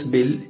Bill